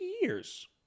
years